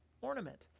ornament